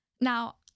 Now